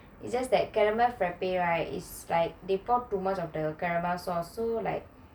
is just that caramel frappe right they pour too much of the caramel sauce so like